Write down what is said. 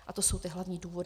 A to jsou ty hlavní důvody.